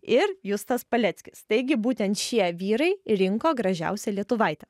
ir justas paleckis taigi būtent šie vyrai rinko gražiausią lietuvaitę